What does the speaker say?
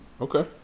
okay